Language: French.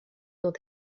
dont